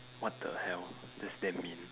what the hell that's damn mean